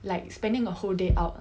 like spending a whole day out